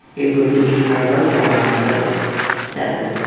it will be her local hospital that will